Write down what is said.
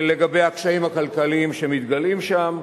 לגבי הקשיים הכלכליים שמתגלים שם.